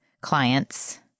clients